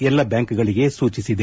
ಎಲ್ಲಾ ಬ್ಯಾಂಕ್ಗಳಿಗೆ ಸೂಚಿಸಿದೆ